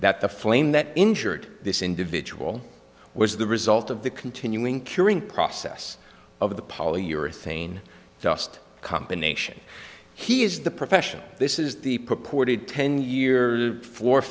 that the flame that injured this individual was the result of the continuing curing process of the polyurethane dust combination he is the professional this is the purported ten year for fo